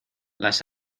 las